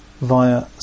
via